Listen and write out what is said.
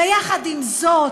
ויחד עם זאת,